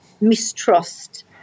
mistrust